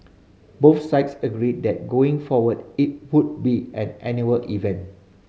both sides agreed that going forward it would be an annual event